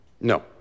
No